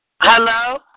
Hello